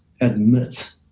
admit